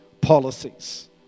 policies